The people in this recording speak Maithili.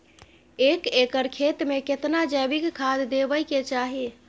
एक एकर खेत मे केतना जैविक खाद देबै के चाही?